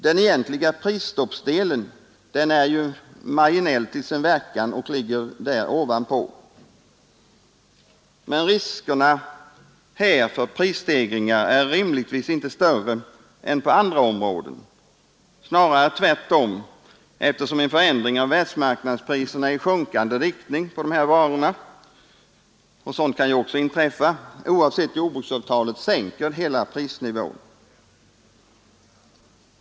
Den egentliga prisstoppsdelen är marginell till sin verkan och ligger ovanpå, men riskerna för prisstegringar är rimligtvis inte större här än på andra områden, snarare tvärtom eftersom en förändring av världsmarknadspriserna på dessa varor i sjunkande riktning — sådant kan också inträffa — oavsett jordbruksavtalet sänker hela prisnivån.